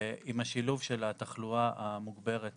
עם השילוב של התחלואה המוגברת